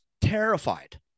terrified